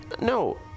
no